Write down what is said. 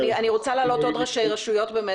אני רוצה להעלות עוד ראשי רשויות באמת